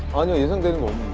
and isn't beautiful.